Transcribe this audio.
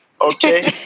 Okay